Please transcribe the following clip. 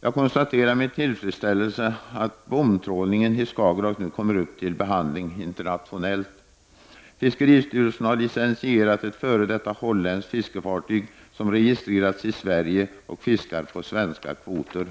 Jag konstaterar med tillfredsställelse att bomtrålningen i Skagerrak nu kommer upp till behandling internationellt. Fiskeristyrelsen har licensierat ett f.d. holländskt fiskefartyg som registrerats i Sverige och fiskar på svenska kvoter.